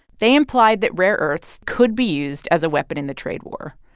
they implied that rare earths could be used as a weapon in the trade war.